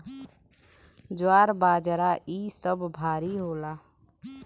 ज्वार बाजरा इ सब भारी होला